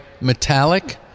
metallic